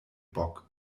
bock